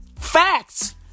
Facts